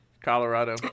Colorado